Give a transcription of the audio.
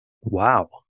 Wow